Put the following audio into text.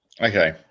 Okay